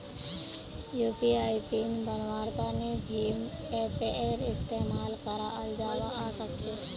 UPI PIN बन्वार तने भीम ऐपेर इस्तेमाल कराल जावा सक्छे